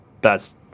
best